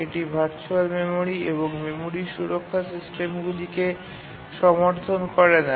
এটি virtual memory এবং memory সুরক্ষা সিস্টেমগুলিকে সমর্থন করে না